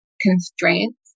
constraints